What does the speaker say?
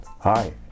Hi